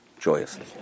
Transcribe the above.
joyously